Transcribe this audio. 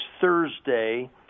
Thursday